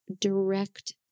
direct